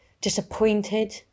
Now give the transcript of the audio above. disappointed